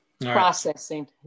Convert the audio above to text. Processing